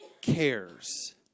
cares